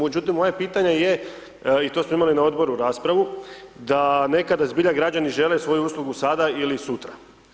Međutim, moje pitanje je i to smo imali na odboru raspravu, da nekada zbilja građani žele svoju uslugu sada ili sutra.